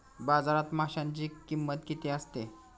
बाजारात माशांची किंमत किती असते?